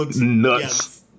nuts